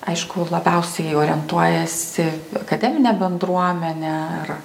aišku labiausiai orientuojasi akademinė bendruomenė ar